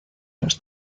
los